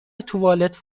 توالت